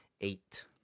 eight